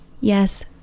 yes